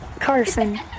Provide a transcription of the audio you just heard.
Carson